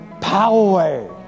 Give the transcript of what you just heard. power